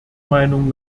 meinung